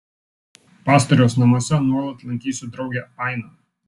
pastoriaus namuose nuolat lankysiu draugę ainą